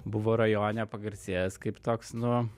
buvo rajone pagarsėjęs kaip toks nu